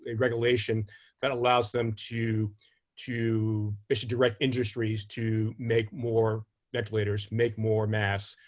ah regulation that allows them to to issue direct industries to make more ventilators, make more masks,